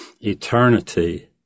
eternity